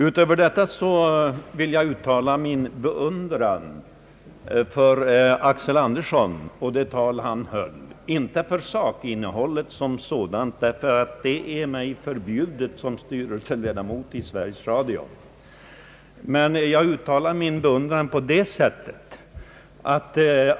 Utöver detta vill jag uttala min beundran för herr Axel Andersson och det tal han höll — inte för sakinnehållet som sådant, ty det är mig förbjudet som styrelseledamot i Sveriges Radio.